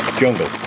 Jungle